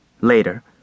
Later